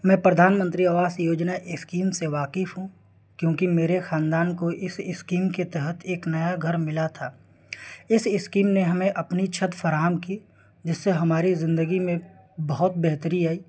میں پردھان منتری آواس یوجنا اسکیم سے واقف ہوں کیونکہ میرے خاندان کو اس اسکیم کے تحت ایک نیا گھر ملا تھا اس اسکیم نے ہمیں اپنی چھت فراہم کی جس سے ہماری زندگی میں بہت بہتری آئی